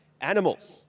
Animals